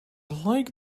like